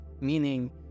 meaning